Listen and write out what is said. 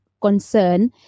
concern